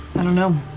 i don't know,